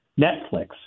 Netflix